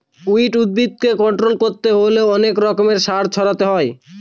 weed উদ্ভিদকে control করতে হলে অনেক রকমের সার ছড়াতে হয়